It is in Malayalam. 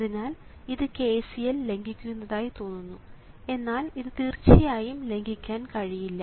അതിനാൽ ഇത് KCL ലംഘിക്കുന്നതായി തോന്നുന്നു എന്നാൽ ഇത് തീർച്ചയായും ലംഘിക്കാൻ കഴിയില്ല